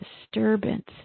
disturbance